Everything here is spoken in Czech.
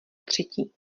třetí